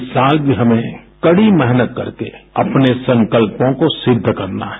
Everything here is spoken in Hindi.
इस साल भी हमें कड़ी मेहनत करके अपने संकल्पों को सिद्ध करना है